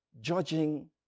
judging